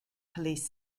police